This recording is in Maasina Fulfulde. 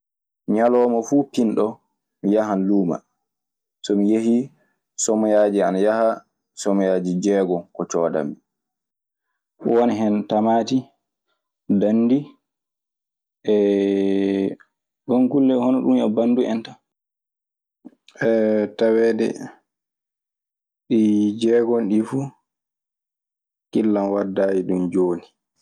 Ŋialoma fu pinɗo, mi yaham luma. So mi yehi somoyaji ana yaha somoyaji diegon ko ciodamni. Won hen tamaati, dandi, won kulle hono ɗun e bandun en tan. Tawee ɗi jeegom ni fuu, hakkille am waddaani ɗum jooni.